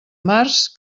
març